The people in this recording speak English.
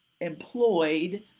employed